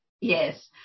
yes